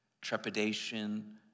trepidation